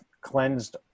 cleansed